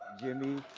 jimmy,